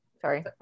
sorry